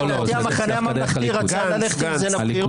לדעתי המחנה הממלכתי רצה ללכת עם זה לבחירות.